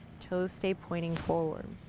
toes stay pointing forward.